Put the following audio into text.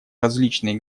различные